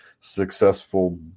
successful